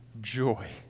joy